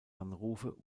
anrufe